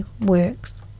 works